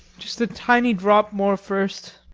just a tiny drop more first.